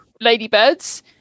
ladybirds